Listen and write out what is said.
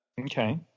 Okay